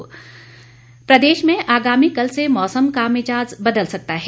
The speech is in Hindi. मौसम प्रदेश में आगामी कल से मौसम का मिजाज बदल सकता है